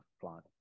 plant